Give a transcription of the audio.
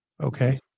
Okay